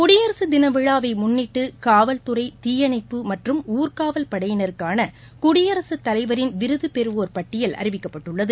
குடியரசு தின விழாவை முன்னிட்டு காவல் துறை தீயணைப்பு மற்றும் ஊர்க்காவல் படையினருக்கான குடியரசுத் தலைவரின் விருது பெறுவோர் பட்டியல் அறிவிக்கப்பட்டுள்ளது